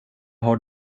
har